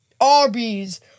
Arby's